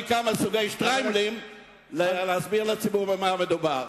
כמה סוגי שטריימלים להסביר לציבור במה מדובר.